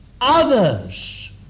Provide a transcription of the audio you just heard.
others